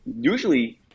Usually